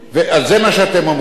זה לא מה שאנחנו אומרים.